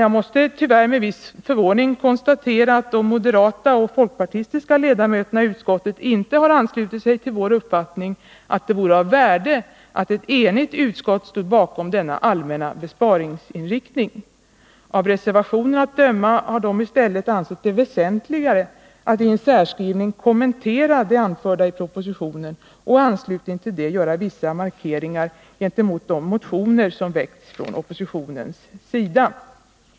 Jag måste tyvärr med viss förvåning konstatera att de moderata och folkpartistiska ledamöterna i utskottet inte har anslutit sig till vår uppfattning att det vore av värde att ett enigt utskott stod bakom denna allmänna besparingsinriktning. Av reservationen att döma har de i stället ansett det väsentligare att i en särskrivning kommentera det som anförts i propositionen och i anslutning till det göra vissa markeringar gentemot de motioner som väckts från oppositionens sida.